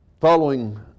Following